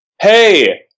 hey